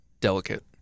delicate